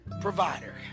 provider